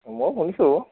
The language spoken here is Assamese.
ময়ো শুনিছোঁ